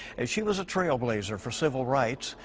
and she was a trailblazer for civil rights.